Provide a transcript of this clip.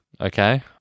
Okay